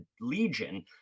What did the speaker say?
legion